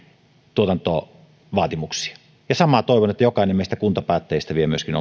tuotantovaatimuksia toivon että samaa jokainen meistä kuntapäättäjistä vie myöskin